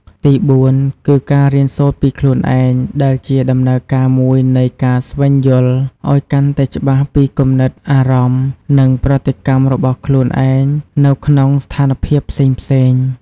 ទីបួនគឺ ការរៀនសូត្រពីខ្លួនឯង ដែលជាដំណើរការមួយនៃការស្វែងយល់ឱ្យកាន់តែច្បាស់ពីគំនិត អារម្មណ៍ និងប្រតិកម្មរបស់ខ្លួនឯងនៅក្នុងស្ថានភាពផ្សេងៗ។